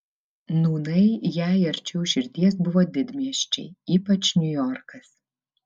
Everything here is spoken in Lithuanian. nūnai jai arčiau širdies buvo didmiesčiai ypač niujorkas